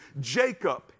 Jacob